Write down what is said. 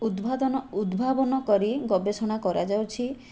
ଉଦ୍ଭଦନ ଉଦ୍ଭାବନ କରି ଗବେଷଣା କରାଯାଉଛି